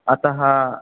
अतः